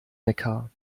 neckar